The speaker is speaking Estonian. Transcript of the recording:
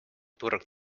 turg